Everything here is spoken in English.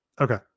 Okay